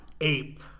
Ape